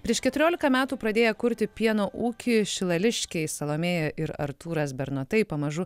prieš keturiolika metų pradėję kurti pieno ūkį šilališkiai salomėja ir artūras bernotai pamažu